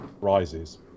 Rises